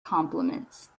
compliments